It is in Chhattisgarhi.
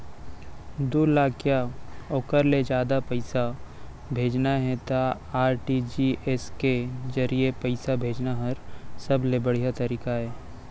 दू लाख या ओकर ले जादा पइसा भेजना हे त आर.टी.जी.एस के जरिए पइसा भेजना हर सबले बड़िहा तरीका अय